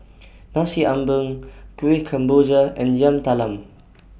Nasi Ambeng Kueh Kemboja and Yam Talam